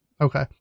okay